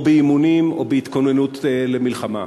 או באימונים או בהתכוננות למלחמה.